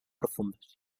profundas